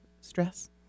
stress